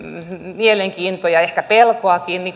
mielenkiintoa ja ehkä pelkoakin niin